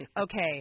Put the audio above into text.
okay